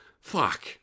fuck